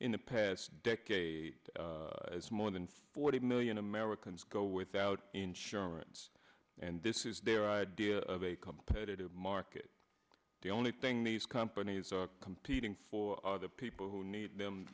in the past decade as more than forty million americans go without insurance yes and this is their idea of a competitive market the only thing these companies are competing for the people who need them